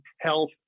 health